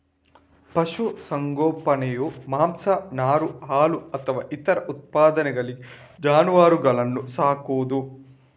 ಪಶು ಸಂಗೋಪನೆಯು ಮಾಂಸ, ನಾರು, ಹಾಲು ಅಥವಾ ಇತರ ಉತ್ಪನ್ನಗಳಿಗಾಗಿ ಜಾನುವಾರುಗಳನ್ನ ಸಾಕುದು